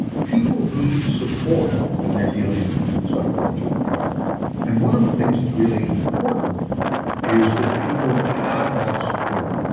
people need support when they're dealing with psychological trauma and one of the things that's really important is that people have that support.